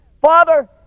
Father